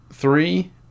three